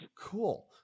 Cool